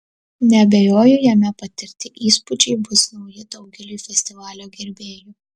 neabejoju jame patirti įspūdžiai bus nauji daugeliui festivalio gerbėjų